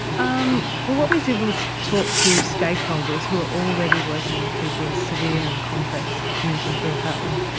um what what we did was talk to stakeholders who were already working with people with severe and complex mental ill health,